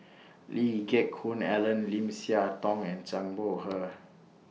Lee Geck Hoon Ellen Lim Siah Tong and Zhang Bohe